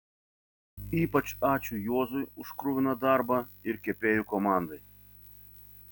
ypač ačiū juozui už kruviną darbą ir kepėjų komandai